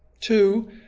two